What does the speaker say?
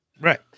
right